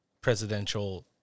presidential